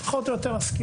זאת פחות או יותר הסקירה.